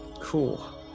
Cool